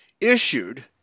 issued